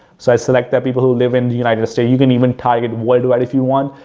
so, i select the people who live in the united states. you can even target worldwide if you want,